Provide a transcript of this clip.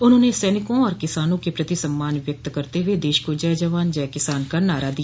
उन्होंने सैनिकों और किसानों के प्रति सम्मान व्यक्त करते हुए देश को जय जवान जय किसान का नारा दिया